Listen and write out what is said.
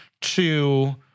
to-